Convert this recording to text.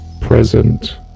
present